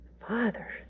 Father